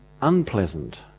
unpleasant